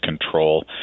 Control